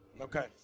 Okay